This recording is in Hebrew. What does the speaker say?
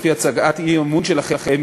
לפי הצגת האי-אמון שלכם,